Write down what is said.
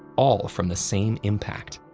all from the same impact.